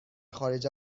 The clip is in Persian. خارج